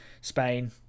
Spain